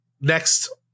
next